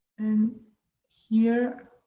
and here.